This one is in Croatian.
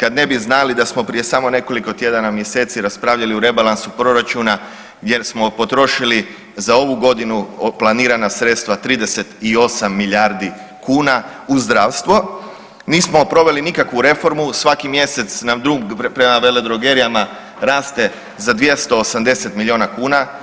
kad ne bi znali da smo samo preko nekoliko tjedana, mjeseci raspravljali o rebalansu proračuna jer smo potrošili za ovu godinu planirana sredstva 38 milijardi kuna u zdravstvo, nismo proveli nikakvu reformu, svaki mjesec nam dug prema veledrogerijama raste za 280 milijuna kuna.